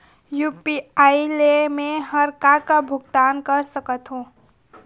UPI ले मे हर का का भुगतान कर सकत हो?